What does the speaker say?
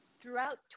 Throughout